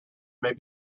may